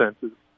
senses